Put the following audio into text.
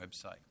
website